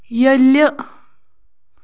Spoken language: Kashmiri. ییٚلہِ